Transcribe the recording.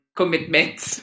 commitments